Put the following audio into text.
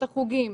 את החוגים,